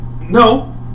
no